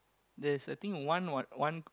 there's I think one what one